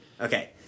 Okay